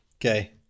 Okay